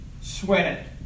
sweat